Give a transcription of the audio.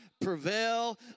prevail